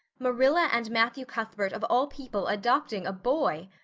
marilla and matthew cuthbert of all people adopting a boy!